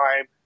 time